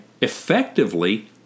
effectively